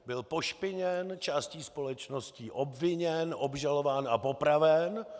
Byl pošpiněn, částí společnosti obviněn, obžalován a popraven.